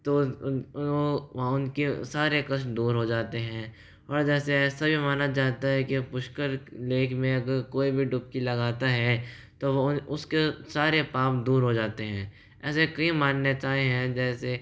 तो उनके सारे कष्ट दूर हो जाते हैं और जैसे ऐसे भी माना जाता है की पुष्कर लेक में अगर कोई भी डुबकी लगाता है तो वह उसके सारे पाप दूर हो जाते हैं ऐसे कई मान्यताएं हैं जैसे